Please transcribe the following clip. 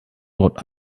what